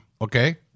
Okay